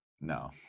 No